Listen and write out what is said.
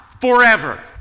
forever